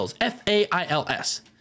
F-A-I-L-S